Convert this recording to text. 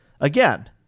again